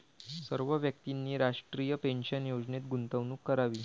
सर्व व्यक्तींनी राष्ट्रीय पेन्शन योजनेत गुंतवणूक करावी